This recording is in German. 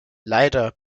leider